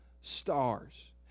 stars